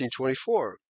1924